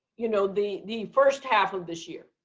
you know the the first half of this year,